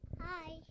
Hi